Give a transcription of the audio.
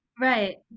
Right